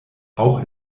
auch